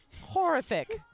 Horrific